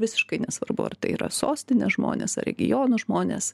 visiškai nesvarbu ar tai yra sostinės žmonės ar regionų žmonės